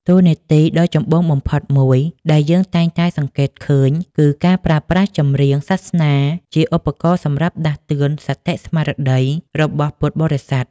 តួនាទីដ៏ចម្បងបំផុតមួយ ដែលយើងតែងតែសង្កេតឃើញ គឺការប្រើប្រាស់ចម្រៀងសាសនាជាឧបករណ៍សម្រាប់ដាស់តឿនសតិស្មារតីរបស់ពុទ្ធបរិស័ទ។